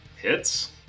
Hits